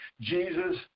Jesus